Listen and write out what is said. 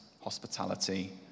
hospitality